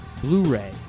Blu-ray